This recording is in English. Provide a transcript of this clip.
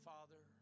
Father